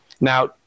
Now